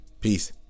Peace